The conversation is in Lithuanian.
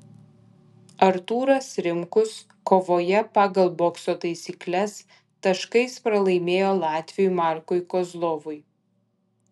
artūras rimkus kovoje pagal bokso taisykles taškais pralaimėjo latviui markui kozlovui